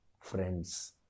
friends